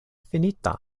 finita